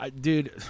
dude